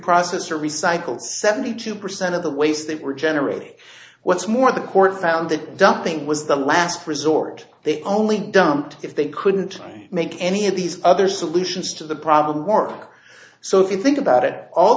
preprocessor recycled seventy two percent of the waste that were generated what's more the court found that dumping was the last resort they only dumped if they couldn't make any of these other solutions to the problem work so if you think about it all